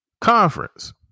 conference